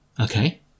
Okay